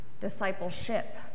discipleship